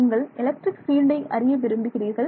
நீங்கள் electric field அறிய விரும்புகிறீர்கள்